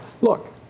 Look